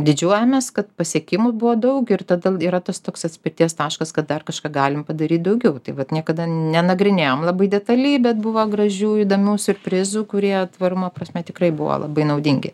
didžiuojamės kad pasiekimų buvo daug ir tada yra tas toks atspirties taškas kad dar kažką galim padaryt daugiau tai vat niekada nenagrinėjom labai detaliai bet buvo gražių įdomių siurprizų kurie tvarumo prasme tikrai buvo labai naudingi